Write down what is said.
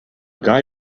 guy